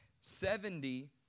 Seventy